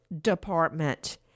Department